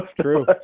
true